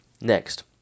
Next